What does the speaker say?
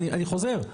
אני חוזר,